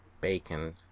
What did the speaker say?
bacon